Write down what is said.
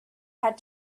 had